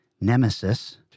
Nemesis